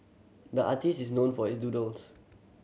the artist is known for his doodles